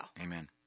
Amen